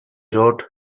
wrote